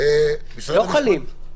לא חלים.